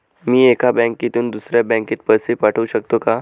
मी एका बँकेतून दुसऱ्या बँकेत पैसे पाठवू शकतो का?